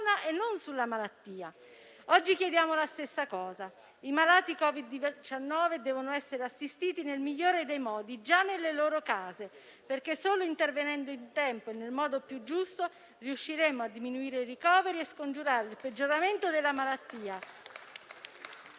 e non sulla malattia. Oggi chiediamo la stessa cosa. I malati Covid-19 devono essere assistiti nel migliore dei modi già nelle loro case, perché solo intervenendo in tempo e nel modo più giusto riusciremo a diminuire e scongiurare il peggioramento della malattia,